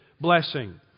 blessing